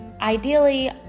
ideally